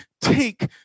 Take